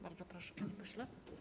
Bardzo proszę, panie pośle.